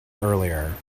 earlier